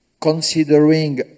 considering